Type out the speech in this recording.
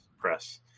press